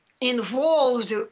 involved